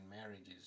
marriages